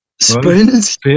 Spoons